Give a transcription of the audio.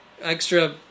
extra